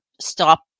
stop